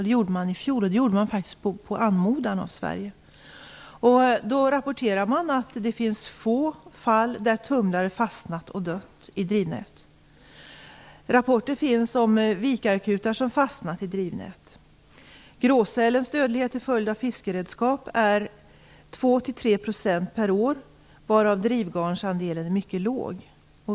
Den gjorde man i fjol på anmodan av Sverige. Man rapporterade då att det finns få fall där tumlare fastnat och dött i drivnät. Rapporter finns om vikarkutar som fastnat i drivnät. Gråsälens dödlighet till följd av fiskeredskap är 2-3 % per år, varav drivgarnsandelen är mycket låg.